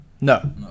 No